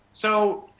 so,